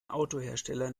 autohersteller